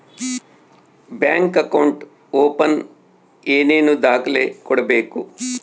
Bank account open ಏನೇನು ದಾಖಲೆ ಕೊಡಬೇಕು?